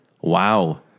Wow